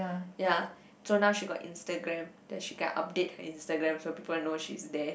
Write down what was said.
ya so now she got Instagram then she got update her Instagram so people will know she is there